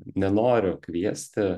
nenoriu kviesti